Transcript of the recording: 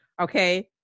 okay